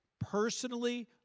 personally